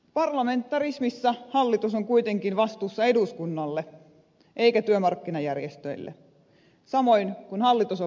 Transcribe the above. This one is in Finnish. parlamentarismissa hallitus on kuitenkin vastuussa eduskunnalle eikä työmarkkinajärjestöille samoin kun hallitus on vastuussa kansalle